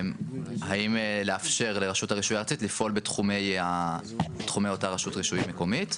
האם לאפשר לרשות הרישוי הארצית לפעול בתחומי אותה רשות רישוי מקומית.